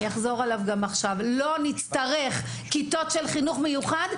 אנחנו לא נצטרך כיתות של חינוך מיוחד,